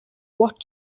what